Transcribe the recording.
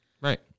Right